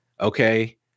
Okay